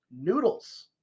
noodles